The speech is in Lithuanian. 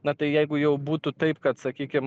na tai jeigu jau būtų taip kad sakykim